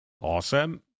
awesome